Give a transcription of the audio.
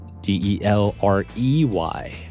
D-E-L-R-E-Y